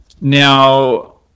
Now